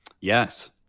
Yes